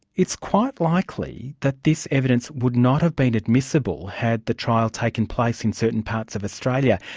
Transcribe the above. it's quite likely that this evidence would not have been admissible had the trial taken place in certain parts of australia,